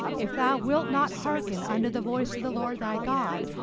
if thou wilt not hearken unto the voice of the lord thy god,